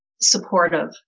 supportive